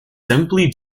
simply